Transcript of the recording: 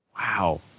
Wow